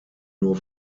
nur